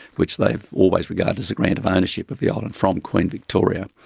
which they've always regarded as a grant of ownership of the island from queen victoria,